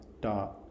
dot